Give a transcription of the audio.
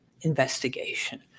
investigation